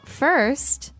first